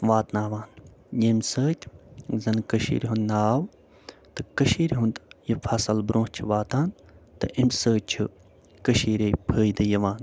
واتناوان ییٚمہِ سۭتۍ زن کٔشیٖرِ ہُنٛد ناو تہٕ کٔشیٖرِ ہُنٛد یہِ فصل برٛونٛہہ چھِ واتان تہٕ امہِ سۭتۍ چھُ کٔشیٖرے فٲیدٕ یِوان